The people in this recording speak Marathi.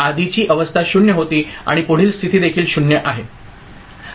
आधीची अवस्था 0 होती आणि पुढील स्थिती देखील 0 आहे